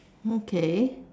okay